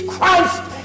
Christ